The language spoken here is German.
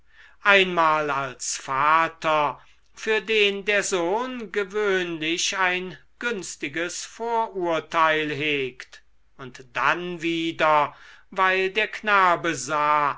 einmal als vater für den der sohn gewöhnlich ein günstiges vorurteil hegt und dann wieder weil der knabe sah